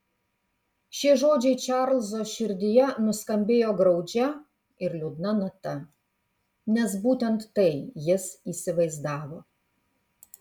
šie žodžiai čarlzo širdyje nuskambėjo graudžia ir liūdna nata nes būtent tai jis įsivaizdavo